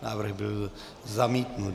Návrh byl zamítnut.